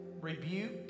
rebuke